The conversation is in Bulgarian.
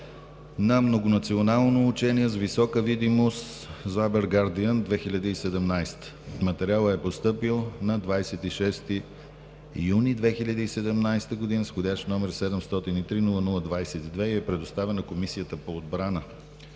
на многонационално учение с висока видимост „Забер Гардиън 2017“. Материалът е постъпил на 26 юни 2017 г. с входящ № 703-00-22 и е предоставен на Комисията по отбрана.